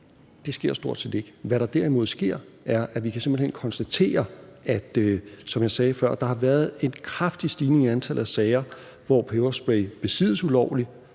det sker stort set ikke. Hvad der derimod sker, er, at vi simpelt hen kan konstatere, at der, som jeg sagde før, har været en kraftig stigning i antallet af sager, hvor peberspray besiddes ulovligt,